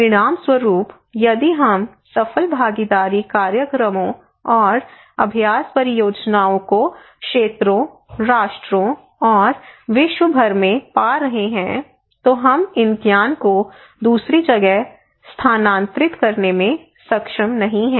परिणामस्वरूप यदि हम सफल भागीदारी कार्यक्रमों और अभ्यास परियोजनाओं को क्षेत्रों राष्ट्रों और विश्व भर में पा रहे हैं तो हम इन ज्ञान को दूसरी जगह स्थानांतरित करने में सक्षम नहीं हैं